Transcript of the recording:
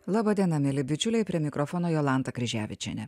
laba diena mieli bičiuliai prie mikrofono jolanta kryževičienė